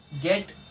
get